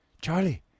Charlie